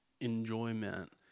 enjoyment